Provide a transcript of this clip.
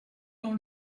dans